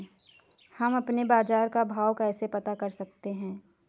हम अपने बाजार का भाव कैसे पता कर सकते है?